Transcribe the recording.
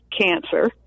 cancer